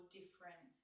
different